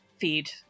feed